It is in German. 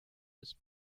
des